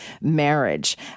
marriage